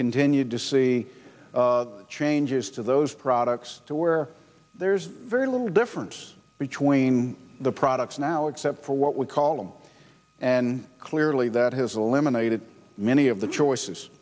continued to see changes to those products to where there's very little difference between the products now except for what we call them and clearly that has eliminated many of the choices